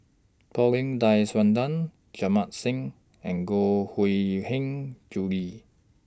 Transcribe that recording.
Paulin Tay Straughan Jamit Singh and Koh Hui Hiang Julie